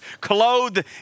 clothed